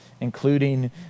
including